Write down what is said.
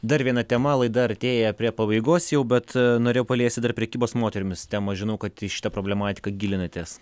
dar viena tema laida artėja prie pabaigos jau bet norėjau paliesti dar prekybos moterimis temą žinau kad į šitą problematiką gilinatės